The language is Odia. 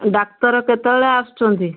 ଡ଼ାକ୍ତର କେତେବେଳେ ଆସୁଛନ୍ତି